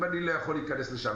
אם אני לא יכול להיכנס לשם,